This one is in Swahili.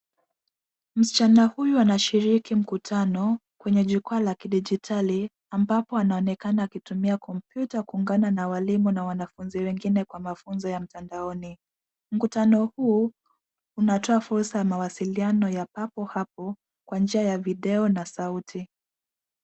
Msichana huyu anashiriki mkutano kwenye jukwaa la kidijitali, ambapo anaonekana akitumia kompyuta kuungana na walimu na wanafunzi wengine kwa mafunzo ya mtandaoni. Mkutano huo unatoa fursa ya mawasiliano ya papo hapo kwa njia ya video na sauti.